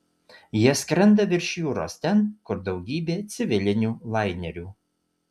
jie skrenda virš jūros ten kur daugybė civilinių lainerių